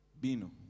vino